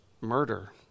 murder